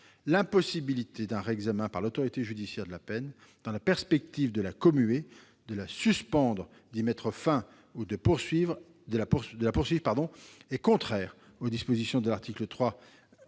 L'impossibilité d'un réexamen par l'autorité judiciaire de la peine dans la perspective de la commuer, de la suspendre, d'y mettre fin ou de la poursuivre, est contraire aux dispositions de l'article 3